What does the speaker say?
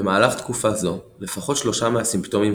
במהלך תקופה זו לפחות שלושה מהסימפטומים